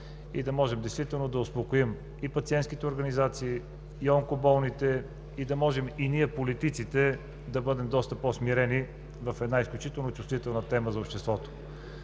и действително да успокоим и пациентските организации, и онкоболните, и ние политиците да бъдем доста по-смирени в една изключително чувствителна тема за обществото.